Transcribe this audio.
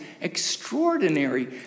extraordinary